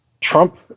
Trump